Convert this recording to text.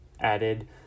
added